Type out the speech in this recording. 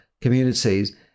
communities